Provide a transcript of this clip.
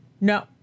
No